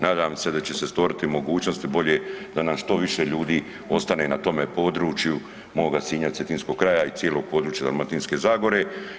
Nadam se da će se stvoriti mogućnosti bolje da nam što više ljudi ostane na tome području moga Sinja, Cetinskog kraja i cijelog područja Dalmatinske zagore.